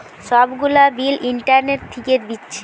সব গুলা bill internet থিকে দিচ্ছে